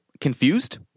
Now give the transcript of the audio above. confused